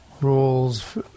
rules